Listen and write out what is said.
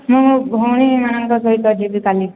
ମୁଁ ମୋ ଭଉଣୀମାନଙ୍କ ସହିତ ଯିବି କାଲି